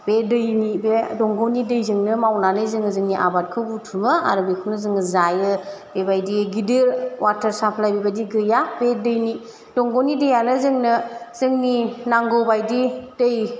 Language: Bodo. बे दैनि बे दंग'नि दैजोंनो मावनानै जोङो जोंनि आबादखौ बुथुमो आरो बेखौनो जोङो जायो बेबायदि गिदिर वाटार साप्लाइ बिबायदि गैया बे दैनि दंग'नि दैयानो जोंनो जोंनि नागौबायदि दै